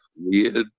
Weird